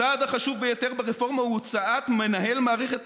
הצעד החשוב ביותר ברפורמה הוא הוצאת מנהל מערכת